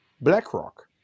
BlackRock